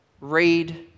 read